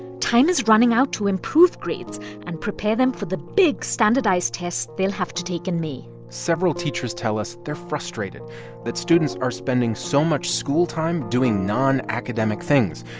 time is running out to improve grades and prepare them for the big standardized test they'll have to take in may several teachers tell us they're frustrated that students are spending so much school time doing non-academic things.